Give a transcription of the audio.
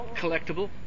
collectible